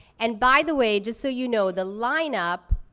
and by the way, just so you know the lineup,